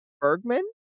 Bergman